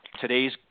today's